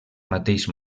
mateix